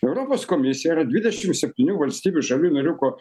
europos komisija yra dvidešim septynių valstybių šalių narių ko